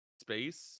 space